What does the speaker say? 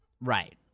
right